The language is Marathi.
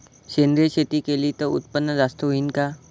सेंद्रिय शेती केली त उत्पन्न जास्त होईन का?